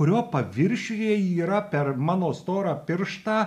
kurio paviršiuje yra per mano storą pirštą